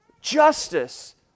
justice